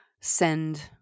send